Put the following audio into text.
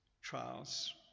trials